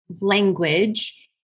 language